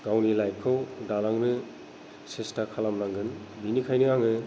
गावनि लाइफ खौ दालांनो सेस्ता खालामनांगोन बेनिखायनो आङो